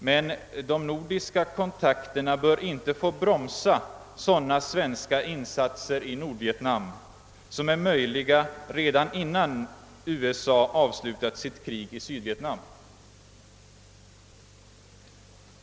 Men de nordiska kontakterna bör inte få bromsa sådana svenska insatser i Nordvietnam som är möjliga redan innan USA avslutat sitt krig i Sydvietnam.